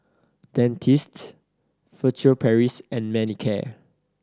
Dentiste Furtere Paris and Manicare